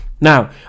now